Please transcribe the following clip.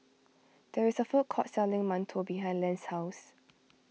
there is a food court selling Mantou behind Lance's house